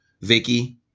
Vicky